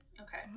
Okay